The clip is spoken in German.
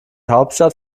hauptstadt